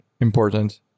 important